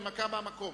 הנמקה מהמקום.